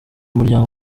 muryango